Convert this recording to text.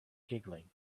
giggling